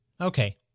Okay